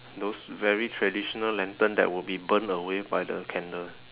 those very traditional lantern that will be burned away by the candle